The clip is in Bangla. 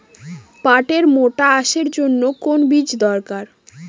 পাটের মোটা আঁশের জন্য কোন বীজ দরকার?